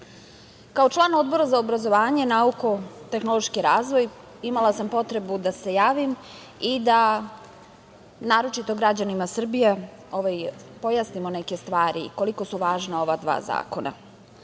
kao član Odbora za obrazovanje, nauku, tehnološki razvoj, imala sam potrebu da se javim i da naročito građanima Srbije pojasnimo neke stvari, koliko su važna ova dva